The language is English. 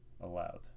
allowed